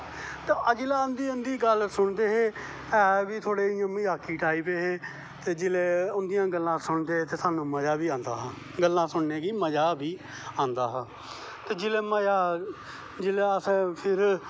ते अस जिसलै उंदी गल्ल सुनदे हे ते ऐ हे बी थोह्ड़् मज़ाकी टाईप दे हे ते जिसलै उंदियां गल्लां सुनदे हे ते स्हानू मज़ा बी आंदा हा गल्लां सुननें गी मज़ा बी आंदा हा ते जिसलै अस फिर